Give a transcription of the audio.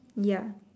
ya